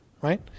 right